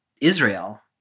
Israel